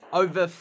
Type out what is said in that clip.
over